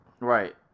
Right